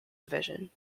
division